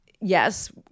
Yes